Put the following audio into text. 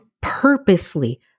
purposely